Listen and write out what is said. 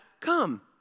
come